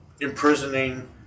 imprisoning